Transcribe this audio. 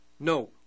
No